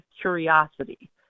curiosity